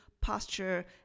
posture